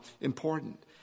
important